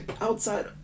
Outside